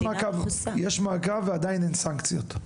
יש מעקב אבל עדיין אין סנקציות,